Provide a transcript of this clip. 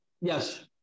yes